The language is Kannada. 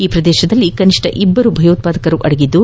ಈ ಪ್ರದೇಶದಲ್ಲಿ ಕನಿಷ್ನ ಇಬ್ಲರೂ ಭಯೋತ್ಪಾದಕರು ಅಡಗಿದ್ದು